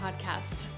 podcast